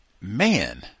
man